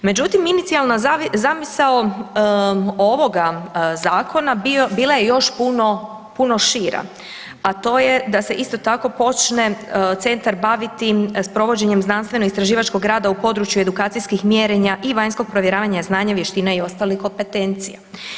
Međutim, inicijalna zamisao ovoga zakona bila je još puno, puno šira, a to je da se isto tako počne centar baviti s provođenjem znanstveno istraživačkog rada u području edukacijskih mjerenja i vanjskog provjeravanja znanja, vještina i ostalih kompetencija.